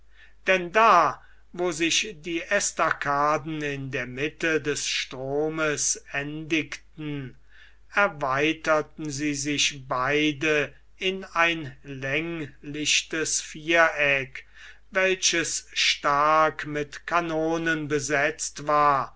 denn da wo sich die estacaden in der mitte des stromes endigten erweiterten sie sich beide in ein länglichtes viereck welches stark mit kanonen besetzt war